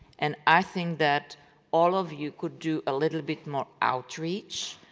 and i think that all of you could do a little bit more outreach.